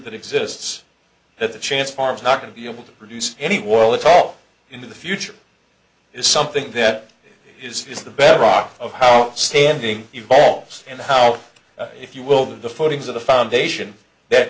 that exists that the chance farms not going to be able to produce any well it's all in the future is something that is the bedrock of how standing evolves and how if you will the footings of the foundation that